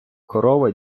корова